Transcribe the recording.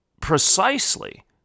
precisely